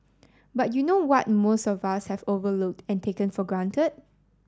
but you know what most of us have overlooked and taken for grant